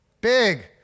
Big